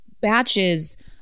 batches